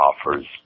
offers